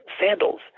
sandals